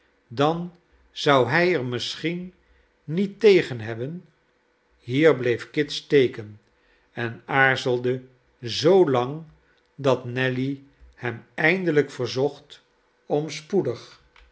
dan zou hij er misschien niet tegen hebben hier bleef kit steken en aarzelde zoo lang dat nelly hem eindelijk verzocht om spoedig